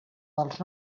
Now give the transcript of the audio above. dels